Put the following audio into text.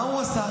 מה הוא עשה?